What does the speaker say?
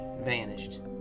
vanished